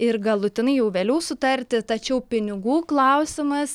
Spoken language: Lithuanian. ir galutinai jau vėliau sutarti tačiau pinigų klausimas